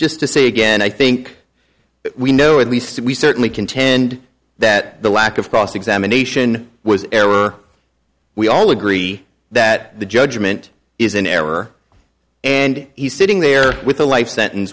just to say again i think we know at least we certainly contend that the lack of cross examination was error we all agree that the judgment is an error and he's sitting there with a life sentence